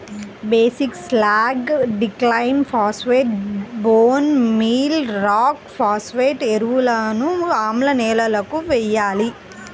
basic slag, డిక్లైమ్ phosphate, bone meal rock phosphate ఎరువులను ఆమ్ల నేలలకు వేయాలి